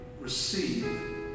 receive